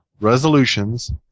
resolutions